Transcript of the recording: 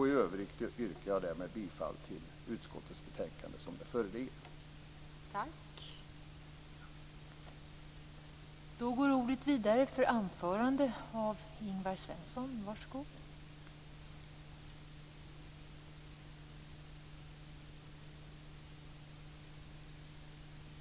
I övrigt yrkar jag bifall till utskottets hemställan i det föreliggande betänkandet.